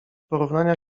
porównania